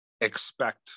expect